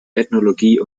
ethnologie